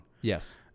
Yes